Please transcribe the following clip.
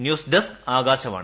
news desk Akashvani